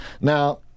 Now